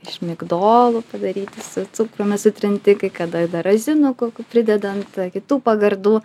iš migdolų padaryti su cukrumi sutrinti kai kada dar razinų kokių pridedant kitų pagardų